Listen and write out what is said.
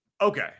Okay